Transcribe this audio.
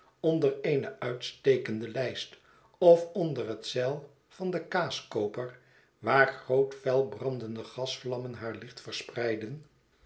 onder eene uitstekende lijst of onder het zeil van den kaaskooper waar groote fel brandende gasvlammen haar licht verspreiden